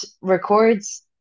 records